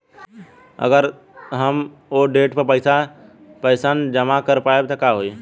साहब अगर हम ओ देट पर पैसाना जमा कर पाइब त का होइ?